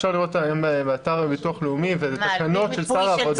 אפשר לראות באתר הביטוח הלאומי וזה תקנות של שר העבודה.